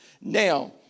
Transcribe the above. Now